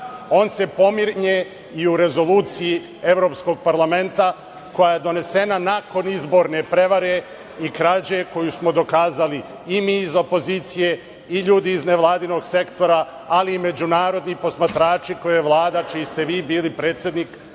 On se pominje i u Rezoluciji Evropskog parlamenta koja je donesena nakon izborne prevare i krađe koju smo dokazali i mi iz opozicije i ljudi iz nevladinog sektora, ali i međunarodni posmatrači koje je Vlada čiji ste vi bili predsednik,